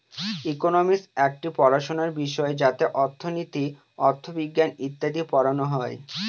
economics একটি পড়াশোনার বিষয় যাতে অর্থনীতি, অথবিজ্ঞান ইত্যাদি পড়ানো হয়